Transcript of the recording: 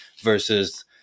versus